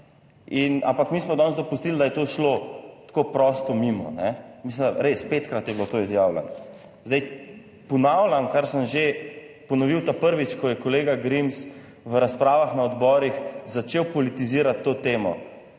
laž. Ampak mi smo danes dopustili, da je to šlo tako prosto mimo, ne mislim res, petkrat je bilo to izjavljeno, zdaj ponavljam, kar sem že ponovil ta prvič, ko je kolega Grims v razpravah na odborih začel politizirati to temo.